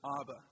Abba